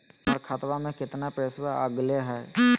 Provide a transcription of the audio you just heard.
हमर खतवा में कितना पैसवा अगले हई?